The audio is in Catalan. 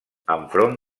enfront